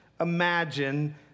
imagine